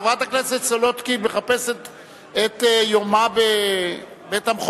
חברת הכנסת סולודקין מחפשת את יומה בבית-המחוקקים,